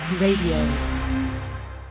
Radio